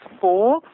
four